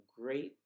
great